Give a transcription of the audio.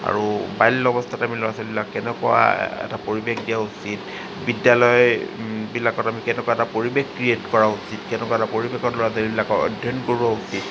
আৰু বাল্য অৱস্থাতে আমি ল'ৰা ছোৱালীবিলাক কেনেকুৱা এটা পৰিৱেশ দিয়া উচিত বিদ্যালয় বিলাকত আমি কেনেকুৱা এটা পৰিৱেশ আমি ক্ৰিয়েট উচিত কেনেকুৱা এটা পৰিৱেশত ল'ৰা ছোৱালীবিলাকক অধ্যয়ন কৰোৱা উচিত